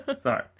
Sorry